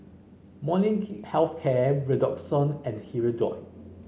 Molnylcke Health Care Redoxon and Hirudoid